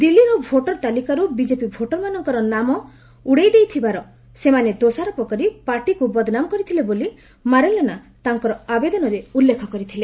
ଦିଲ୍ଲୀର ଭୋଟର ତାଲିକାରୁ ବିଜେପି ଭୋଟରମାନଙ୍କର ନାମ ଉଡେଇ ଦେଇଥିବାର ସେମାନେ ଦୋଷାରୋପ କରି ପାର୍ଟିକୁ ବଦ୍ନାମ କରିଥିଲେ ବୋଲି ମାର୍ଲେନା ତାଙ୍କର ଆବେଦନରେ ଉଲ୍ଲେଖ କରିଥିଲେ